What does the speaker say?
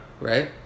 Right